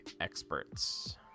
experts